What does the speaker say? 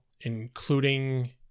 including